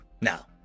Now